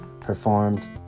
performed